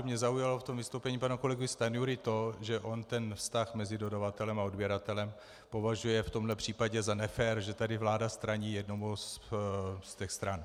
Mě zaujalo ve vystoupení pana kolegy Stanjury to, že on ten vztah mezi dodavatelem a odběratelem považuje v tomhle případě za nefér, že tady vláda straní jedné z těch stran.